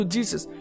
Jesus